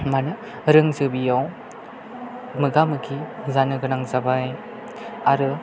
माने रोंजोबैयाव मोगा मोगि जानो गोनां जाबाय आरो